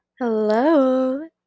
Hello